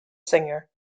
singer